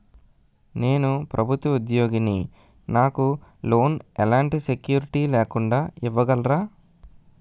నేను ప్రభుత్వ ఉద్యోగిని, నాకు లోన్ ఎలాంటి సెక్యూరిటీ లేకుండా ఇవ్వగలరా?